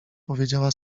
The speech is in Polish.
powiedziała